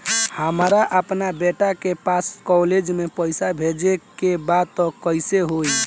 हमरा अपना बेटा के पास कॉलेज में पइसा बेजे के बा त कइसे होई?